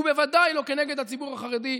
ובוודאי לא כנגד הציבור החרדי,